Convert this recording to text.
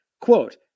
Quote